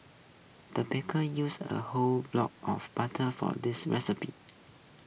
the baker used A whole block of butter for this recipe